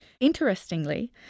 Interestingly